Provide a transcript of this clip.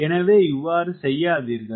எனவே இவ்வாறு செய்யாதீர்கள்